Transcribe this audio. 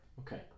okay